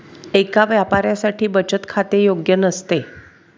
एका व्यापाऱ्यासाठी बचत खाते योग्य नसते